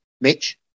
Mitch